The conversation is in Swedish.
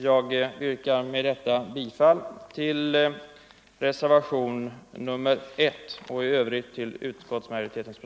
Jag yrkar med detta bifall till reservationen 2a.